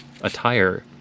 attire